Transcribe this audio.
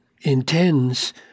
intends